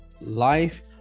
life